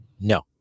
No